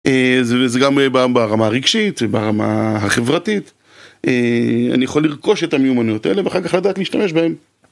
אה, זה גם ברמה הרגשית וברמה החברתית, אני יכול לרכוש את המיומנויות האלה ואחר כך לדעת להשתמש בהן.